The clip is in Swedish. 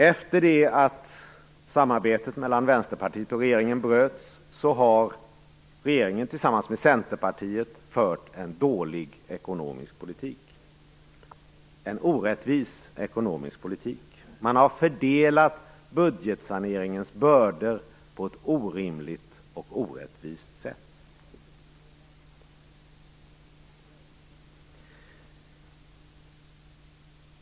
Efter det att samarbetet mellan Vänsterpartiet och regeringen bröts har regeringen tillsammans med Centerpartiet fört en dålig ekonomisk politik, en orättvis ekonomisk politik. Man har fördelat budgetsaneringens bördor på ett orimligt och orättvist sätt.